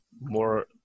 more –